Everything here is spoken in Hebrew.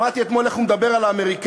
שמעתי אתמול איך הוא מדבר על האמריקנים,